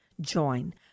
join